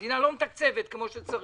שהמדינה לא מתקצבת כמו שצריך.